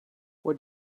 what